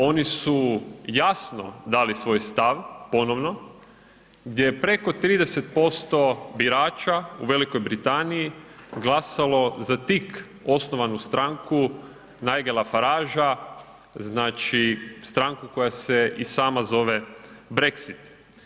Oni su jasno dali svoj stav ponovno gdje je preko 30% birača u Velikoj Britaniji glasalo za tik osnovanu stranku Nigela Faragea, dakle stranku koja se i sama zove Brexit.